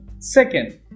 Second